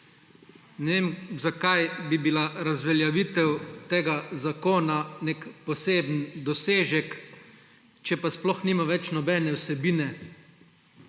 vem, zakaj bi bila razveljavitev tega zakona nek poseben dosežek, če pa sploh nima več nobene vsebine.